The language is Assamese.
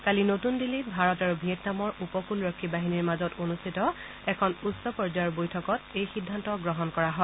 কালি নতুন দিল্লীত ভাৰত আৰু ভিয়েটনামৰ উপকূলৰক্ষী বাহিনীৰ মাজত অনুষ্ঠিত এখন উচ্চ পৰ্যায়ৰ বৈঠকত এই সিদ্ধান্ত গ্ৰহণ কৰা হয়